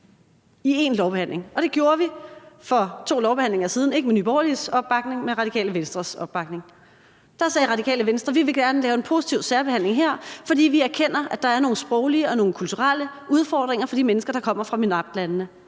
i én lovbehandling, og det gjorde vi for to lovbehandlinger siden, ikke med Nye Borgerliges opbakning, men med Radikale Venstres opbakning – der sagde Radikale Venstre: Vi vil gerne lave en positiv særbehandling her, fordi vi erkender, at der er nogle sproglige og nogle kulturelle udfordringer for de mennesker, der kommer fra MENAPT-landene